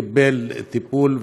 קיבל טיפול,